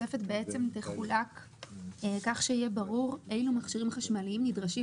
התוספת תחולק כך שיהיה ברור אילו מכשירים חשמליים נדרשים